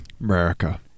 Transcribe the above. America